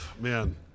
man